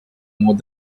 more